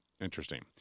interesting